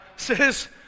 says